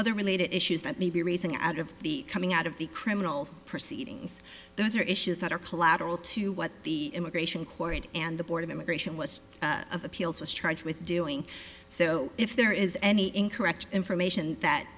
other related issues that may be raising out of the coming out of the criminal proceedings those are issues that are collateral to what the immigration court and the board of immigration was of appeals was charged with doing so if there is any incorrect information that